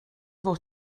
fod